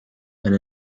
and